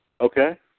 Okay